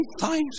times